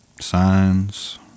Signs